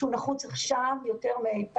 שהוא נחוץ עכשיו יותר מאי פעם,